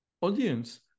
audience